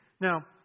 Now